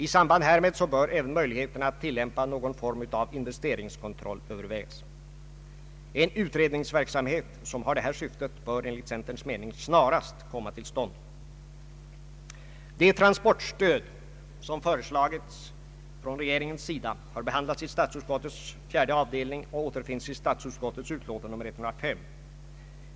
I samband härmed bör även möjligheterna att tillämpa någon form av investeringskontroll övervägas. En utredningsverksamhet som har det här syftet bör enligt centerns mening snarast komma till stånd. Det transportstöd som = föreslagits från regeringens sida har behandlats i statsutskottets fjärde avdelning och återfinns i statsutskottets utlåtande nr 105.